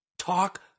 Talk